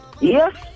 Yes